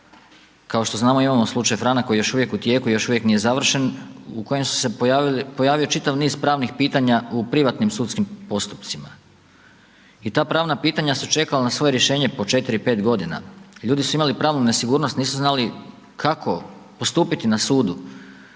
Kao što znamo imamo slučaj Franak koji je još uvijek u tijeku i još uvijek nije završen, u kojem su se pojavili, pojavilo čitav niz pravnih pitanja u privatnim sudskim postupcima. I ta pravna pitanja su čekala na svoj rješenje po 4, 5 godina, ljudi su imali pravnu nesigurnost nisu znali kako postupiti na sudu,